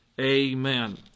Amen